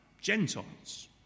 Gentiles